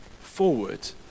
forward